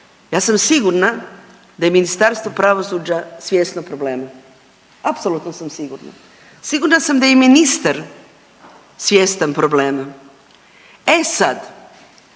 ja sam sigurna da je Ministarstvo pravosuđa svjesno problema, apsolutno sam sigurna. Sigurna sam da je i ministar svjestan problema. E sad,